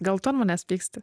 gal tu ant manęs pyksti